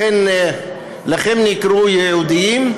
לכן הם נקראו ייעודיים,